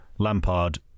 Lampard